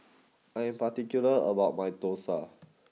I am particular about my Dosa